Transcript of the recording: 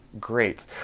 great